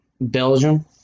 Belgium